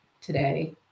today